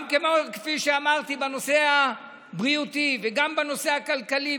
גם כמו שאמרתי בנושא הבריאותי וגם בנושא הכלכלי,